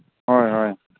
ꯍꯣꯏ ꯍꯣꯏ